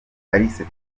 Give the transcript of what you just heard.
alice